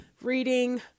reading